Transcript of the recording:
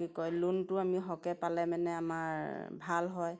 কি কয় লোণটো আমি সৰহকৈ পালে মানে আমাৰ ভাল হয়